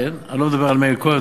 אני לא מדבר על מאיר כהן,